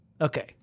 Okay